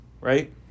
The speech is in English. right